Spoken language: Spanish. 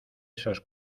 esos